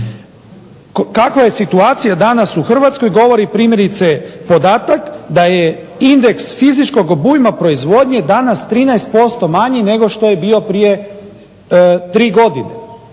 Kakva je situacija danas u Hrvatskoj govori primjerice podatak da je indeks fizičkog obujma proizvodnje danas 13% manji nego što je bi prije tri godine.